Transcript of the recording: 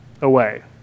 away